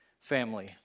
family